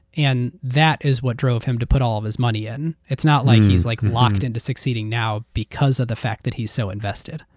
and that is what drove him to put all of his money in. it's not like he's like locked into succeeding now because of the fact that he's so invested.